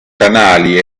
canali